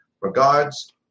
Regards